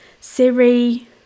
Siri